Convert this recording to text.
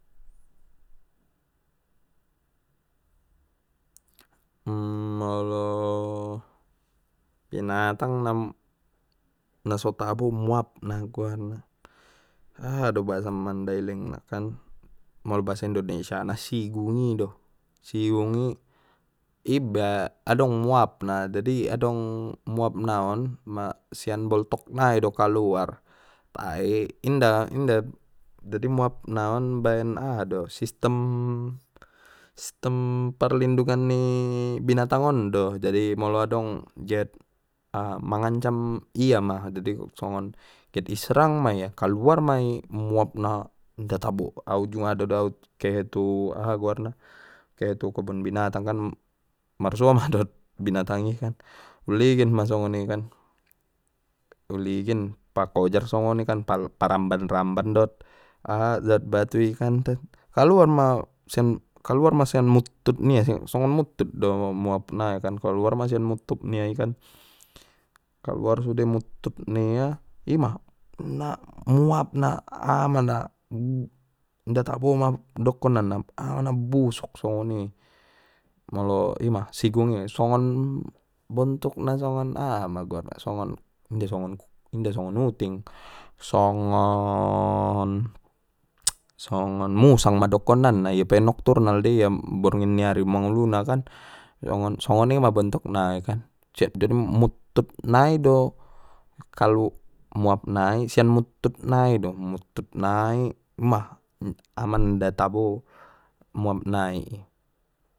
molo binatang na, na so tabo muap na goarna aha do bahasa mandailing na kan, molo bahasa indonesia na sigung i do sigung i ibba adong muapna dadi adong muap na on ma sian boltok nai do kaluar tai inda-inda dadi muap naon baen aha do sistem-sistem parlindungan ni binatang on do jadi molo adong na get mangancam ia ma songon get i serang ma ia kaluar mai muap na inda tabo au jung ada do au kehe tu aha goarna kehe tu kebon binatang kan marsuoma dot binatang i kan uligin ma songoni kan uligin pakojar songoni kan pa-paramban ramban dot aha dot batui kan kaluar ma sian-kaluar ma sian muttut nia songon muttut do muap nai kan kaluar ma sian muttut nia i kan, kaluar sude muttut nia ima, na muapna aha ma na inda tabo ma dokonan na amana busuk songoni molo ima sigung i songon bontukna songon aha ma goarna songon inda songon inda songon uting songon songon musang ma dokonanna i pe nocturnal dei ia borngin nia ari mangolu na kan songon-songoni ma bontukna i kan jadi muttut nai do kalu, muap nai sian muttut nai do muttut nai ima ama nda tabo muap nai.